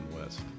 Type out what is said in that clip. West